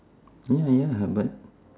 ya ya but